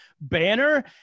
banner